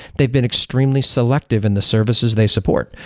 they've been extremely selective in the services they support.